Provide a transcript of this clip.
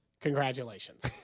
congratulations